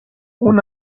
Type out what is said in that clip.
اون